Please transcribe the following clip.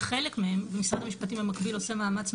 וחלק גדול משרד המשפטים במקביל עושה מאמץ מאוד